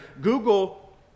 Google